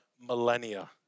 millennia